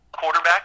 quarterback